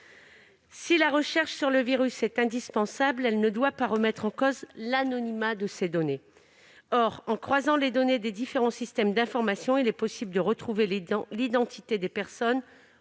Si la recherche sur le virus est indispensable, elle ne doit pas remettre en cause l'anonymat de ces données. Or, en croisant les données des différents systèmes d'information, il est possible de retrouver l'identité des personnes